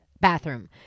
bathroom